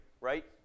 right